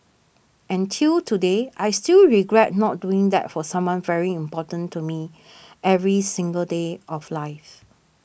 and till today I still regret not doing that for someone very important to me every single day of life